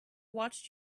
watched